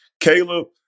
Caleb